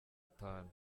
atanu